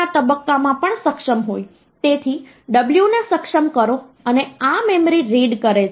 તેથી આ ભાગ 8 વત્તા 4 છે આ 12 વત્તા 1 છે અને 13 એ D છે અને આ ભાગ 2 દર્શાવે છે